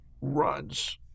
runs